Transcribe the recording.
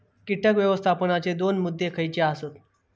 कीटक व्यवस्थापनाचे दोन मुद्दे खयचे आसत?